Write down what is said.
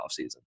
offseason